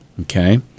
okay